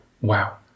Wow